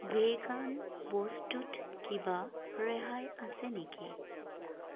vegan বস্তুত কিবা ৰেহাই আছে নেকি